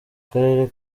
karere